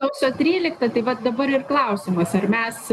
sausio trylikta tai vat dabar ir klausimas ar mes